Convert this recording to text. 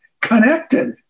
connected